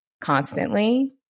constantly